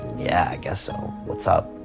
yeah, i guess so, what's up?